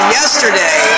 yesterday